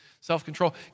self-control